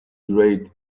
great